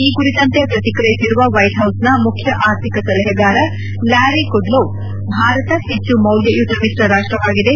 ಈ ಕುರಿತಂತೆ ಪ್ರತಿಕ್ರಿಯಿಸಿರುವ ವೈಟ್ಹೌಸ್ನ ಮುಖ್ಯ ಆರ್ಥಿಕ ಸಲಹೆಗಾರ ಲ್ವಾರಿ ಕುಡ್ಲೊವ್ ಭಾರತ ಹೆಚ್ಚು ಮೌಲ್ಯಯುತ ಮಿತ್ರರಾಷ್ಟವಾಗಿದೆ